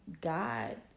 God